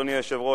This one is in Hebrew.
אדוני היושב-ראש,